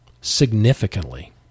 significantly